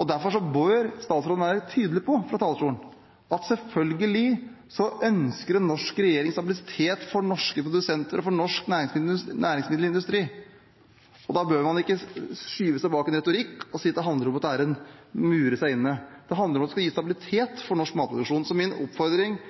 Og derfor bør statsråden fra talerstolen være tydelig på at selvfølgelig ønsker en norsk regjering stabilitet for norske produsenter og for norsk næringsmiddelindustri, og da bør man ikke gjemme seg bak en retorikk og si at det handler om å mure seg inne. Det handler om at man skal gi stabilitet for norsk matproduksjon. Så min oppfordring